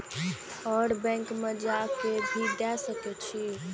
और बैंक में जा के भी दे सके छी?